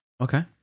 okay